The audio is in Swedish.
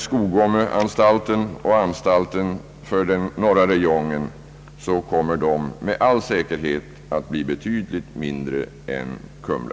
Skogome-anstalten och anstalten för den norra räjongen kommer med all säkerhet att bli betydligt mindre än Kumla.